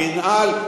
המינהל,